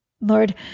Lord